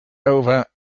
over